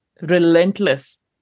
relentless